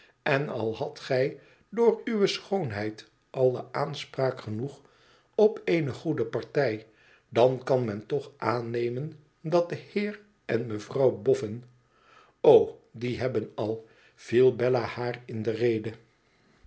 en al hadt gij door uwe schoonheid allen aanspraak genoeg op eene goede partij dan kan men toch aannemen dat de heer en roevrouw bofhn o die hebben al viel bella haar in de rede